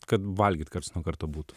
kad valgyt karts nuo karto būtų